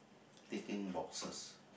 ticking boxes